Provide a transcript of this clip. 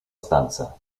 stanza